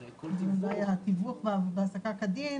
אז כל תיווך --- אולי תיווך בהעסקה כדין,